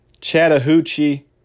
Chattahoochee